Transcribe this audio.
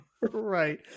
Right